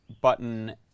button